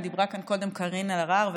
דיברה כאן קודם קארין אלהרר,